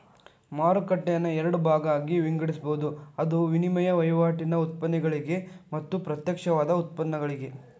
ಮಾರುಕಟ್ಟೆಯನ್ನ ಎರಡ ಭಾಗಾಗಿ ವಿಂಗಡಿಸ್ಬೊದ್, ಅದು ವಿನಿಮಯ ವಹಿವಾಟಿನ್ ಉತ್ಪನ್ನಗಳಿಗೆ ಮತ್ತ ಪ್ರತ್ಯಕ್ಷವಾದ ಉತ್ಪನ್ನಗಳಿಗೆ